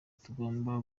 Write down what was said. tugomba